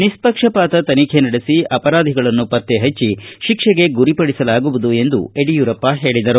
ನಿಷ್ಷಕ್ಷಪಾತ ತನಿಖೆ ನಡೆಸಿ ಅಪರಾಧಿಗಳನ್ನು ಪತ್ತೆಹಚ್ಚ ಸಿಕ್ಷೆಗೆ ಗುರಿಪಡಿಸಲಾಗುವುದು ಎಂದು ಯಡಿಯೂರಪ್ಪ ಹೇಳದರು